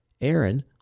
Aaron